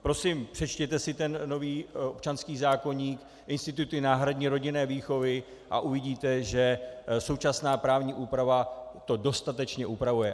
Prosím, přečtěte si ten nový občanský zákoník, instituty náhradní rodinné výchovy, a uvidíte, že současná právní úprava to dostatečně upravuje.